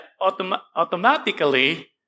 automatically